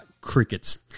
crickets